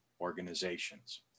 organizations